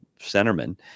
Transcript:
centerman